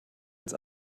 ins